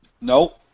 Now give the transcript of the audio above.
No